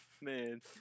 Man